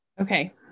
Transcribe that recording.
Okay